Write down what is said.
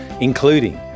including